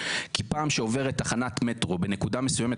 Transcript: כי פעם שעוברת תחנת מטרו בנקודה מסוימת